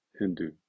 hindu